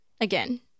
again